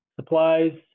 supplies